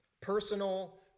Personal